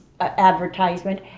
advertisement